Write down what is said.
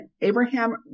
Abraham